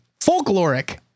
Folkloric